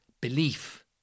Belief